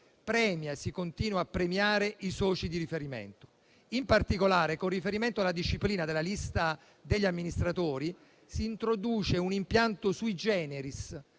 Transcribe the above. premiano e si continuano a premiare i soci di riferimento. In particolare, con riferimento alla disciplina della lista degli amministratori, si introduce un impianto *sui generis*,